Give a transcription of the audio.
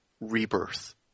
Rebirth